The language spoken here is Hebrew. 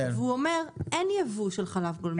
והוא אומר שאין ייבוא של חלב גולמי,